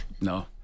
No